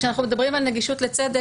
כשאנחנו מדברים על נגישות לצדק,